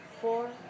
four